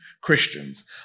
Christians